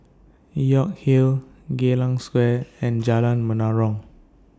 York Hill Geylang Square and Jalan Menarong